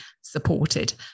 supported